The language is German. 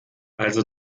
also